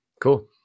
Cool